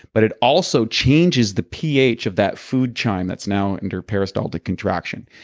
but it also changes the ph of that food chime that's now under peristaltic contraction.